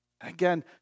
Again